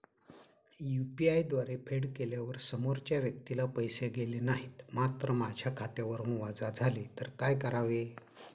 UPI द्वारे फेड केल्यावर समोरच्या व्यक्तीला पैसे गेले नाहीत मात्र माझ्या खात्यावरून वजा झाले तर काय करावे?